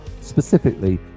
specifically